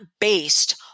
based